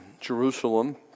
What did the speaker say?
Jerusalem